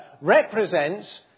represents